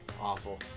awful